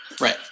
Right